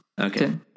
Okay